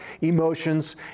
emotions